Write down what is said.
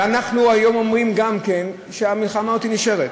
ואנחנו היום אומרים גם שהמלחמה הזאת נשארת.